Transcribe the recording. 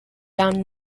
down